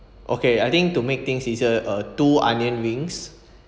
okay I think to make things easier uh two onion rings